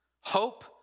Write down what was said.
Hope